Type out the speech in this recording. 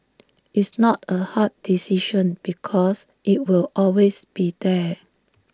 it's not A hard decision because it'll always be there